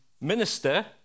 minister